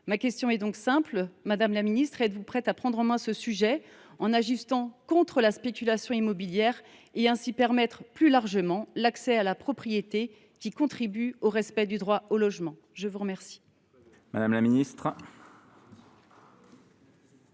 Ma question est donc simple : madame la ministre, êtes vous prête à prendre en main ce sujet en agissant contre la spéculation immobilière et en ouvrant plus largement l’accès à la propriété, qui contribue au respect du droit au logement ? La parole